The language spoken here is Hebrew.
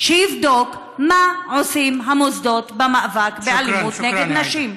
דיון רציני שיבדוק מה עושים המוסדות במאבק באלימות נגד נשים.